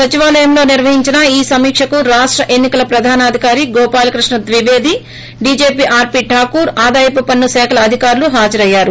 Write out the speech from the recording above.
సచివాలయంలో నిర్వహించిన ఈ సమీకకకు రాష్ట ఎన్ని కల ప్రధానాధికారి గోపాలకృష్ణ ద్వివేది డీజీపీ ఆర్పీ రాకూర్ ఆదాయపు పన్ను శాఖ అధికారులు హాజరయ్యారు